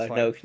no